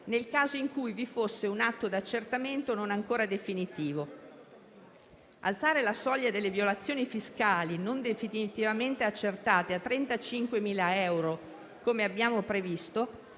nel caso in cui vi fosse un atto di accertamento non ancora definitivo. Alzare la soglia delle violazioni fiscali non definitivamente accertate a 35.000 euro - come abbiamo previsto